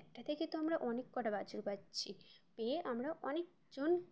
একটা থেকে তো আমরা অনেক কটা বাছুর পাচ্ছি পেয়ে আমরা অনেকজন